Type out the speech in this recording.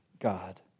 God